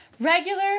Regular